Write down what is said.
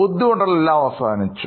ബുദ്ധിമുട്ടുകൾ എല്ലാം അവസാനിച്ചു